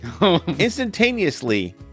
Instantaneously